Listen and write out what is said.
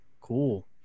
Cool